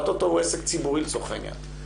והטוטו הוא עסק ציבורי לצורך העניין.